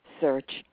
Search